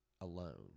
alone